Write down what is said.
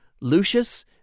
Lucius